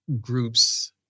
groups